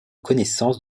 connaissances